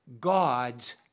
God's